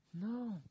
No